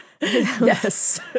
yes